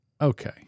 okay